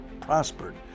prospered